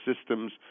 systems